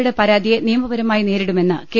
യുടെ പരാതിയെ നിയമപരമായി നേരിടുമെന്ന് കെ